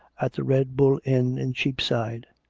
at the red bull inn in cheapside.